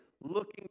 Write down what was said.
looking